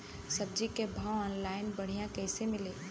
सब्जी के भाव ऑनलाइन बढ़ियां कइसे मिली?